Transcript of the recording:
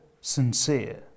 sincere